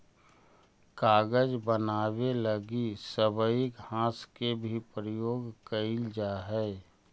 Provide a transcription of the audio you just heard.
कागज बनावे लगी सबई घास के भी प्रयोग कईल जा हई